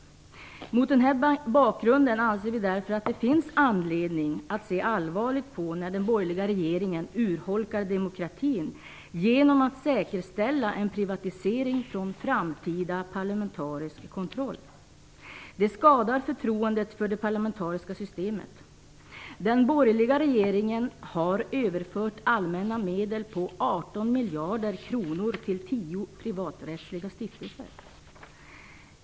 Mot denna bakgrund anser vi därför att det finns anledning att se allvarligt på när den borgerliga regeringen urholkar demokratin genom att säkerställa en privatisering från framtida parlamentarisk kontroll. Det skadar förtroendet för det parlamentariska systemet. Den borgerliga regeringen har överfört 18 miljarder kronor av allmänna medel till tio privaträttsliga stiftelser.